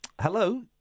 Hello